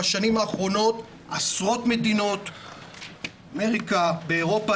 בשנים האחרונות עשרות מדינות באמריקה ובאירופה